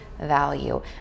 value